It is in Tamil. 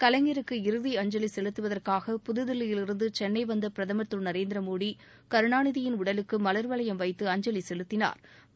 கலைஞருக்கு இறுதி அஞ்சலி செலுத்துவதற்காக புதுதில்லியிலிருந்து சென்னை வந்த பிரதமர் திரு நரேந்திர மோடி கருணாநிதியின் உடலுக்கு மலாவளையம் வைத்து அஞ்சவி செலுத்தினாா்